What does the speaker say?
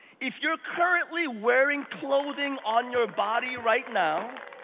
if you're currently wearing clothing on your body right now,